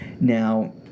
Now